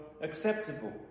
acceptable